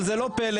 אבל זה לא פלא,